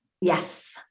Yes